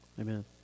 Amen